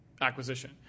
acquisition